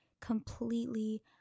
completely